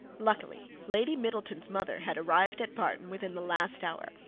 luckily lady middleton's mother had arrived at barton within the last hour,